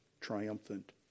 triumphant